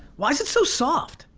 why is it so soft?